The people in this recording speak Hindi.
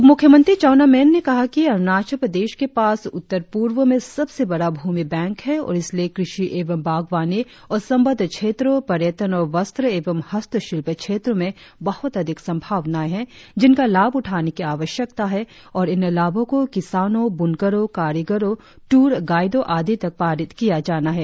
उपमुख्यमंत्री चाउना मेन ने कहा कि अरुणाचल प्रदेश के पास उत्तर पूर्व में सबसे बड़ा भूमि बैंक है और इसलिए कृषि एवं बागवानी और संबद्ध क्षेत्रों पर्यटन और वस्त्र एवं हस्तशिल्प क्षेत्रों में बहुत अधिक संभावनाए है जिनका लाभ उठाने की आवश्यकता है और इन लाभों को किसानों बुनकरों कारीगरो टूर गाइडों आदि तक पारित किया जाना है